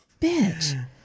bitch